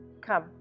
come